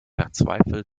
verzweifelt